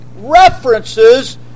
references